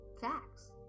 facts